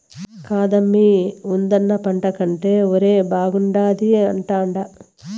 కాదమ్మీ ఉద్దాన పంట కంటే ఒరే బాగుండాది అంటాండా